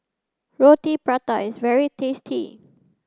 Roti Prata is very tasty